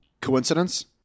Coincidence